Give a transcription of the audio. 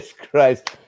christ